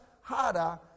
harder